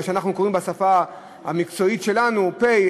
שאנחנו קוראים בשפה המקצועית שלנו "פ",